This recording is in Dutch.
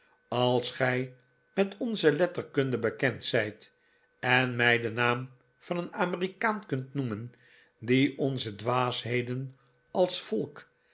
als gij met onze letterkunde bekend zijt en mij den naam van een amerikaan kunt noemen die onze dwaasheden als volk